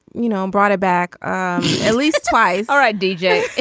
you know brought it back at least twice. all right d j.